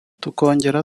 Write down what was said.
tukongera